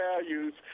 values